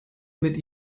mit